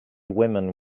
woman